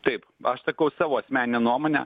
taip aš sakau savo asmeninę nuomonę